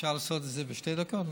אפשר לעשות את זה בשתי דקות?